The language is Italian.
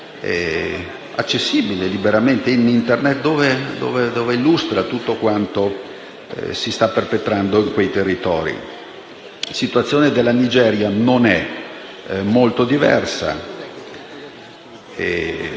La situazione della Nigeria non è molto diversa: